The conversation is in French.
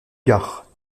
gard